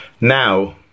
now